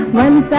when